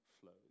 flows